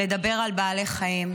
לדבר על בעלי חיים.